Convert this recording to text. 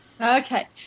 Okay